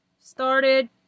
started